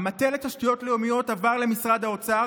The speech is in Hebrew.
המטה לתשתיות לאומיות עבר למשרד האוצר,